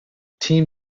team